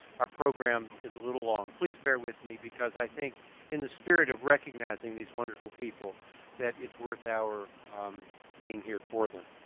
our program is a little long. please bear with me because i think in the spirit of recognizing these wonderful people that it's worth our being here for them.